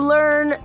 Learn